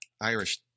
Irish